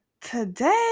Today